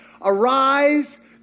Arise